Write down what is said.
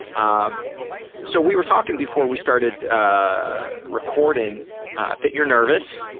um so we were talking before we started recording that you're nervous.